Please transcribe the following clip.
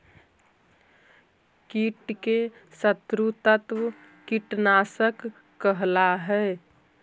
कीट के शत्रु तत्व कीटनाशक कहला हई